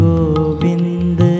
Govind